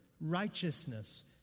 righteousness